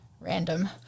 random